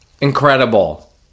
incredible